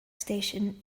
station